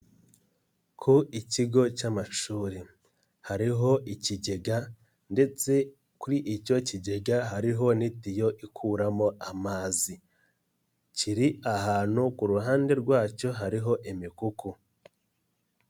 Ku ikigo cy' amashuri hariho ikigega ndetse kuri icyo kigega hariho n'itiyo ikuramo amazi, kiri ahantu ku ruhande rwacyo hariho imikuku.